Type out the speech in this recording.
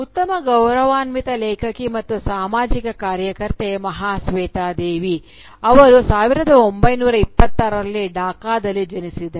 ಉತ್ತಮ ಗೌರವಾನ್ವಿತ ಲೇಖಕಿ ಮತ್ತು ಸಾಮಾಜಿಕ ಕಾರ್ಯಕರ್ತೆ ಮಹಾಸ್ವೇತಾ ದೇವಿ ಅವರು 1926 ರಲ್ಲಿ ಡಾಕಾದಲ್ಲಿ ಜನಿಸಿದರು